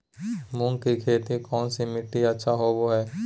मूंग की खेती कौन सी मिट्टी अच्छा होबो हाय?